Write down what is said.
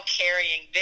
carrying